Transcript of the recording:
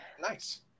Nice